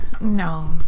no